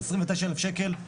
29,000 שקל?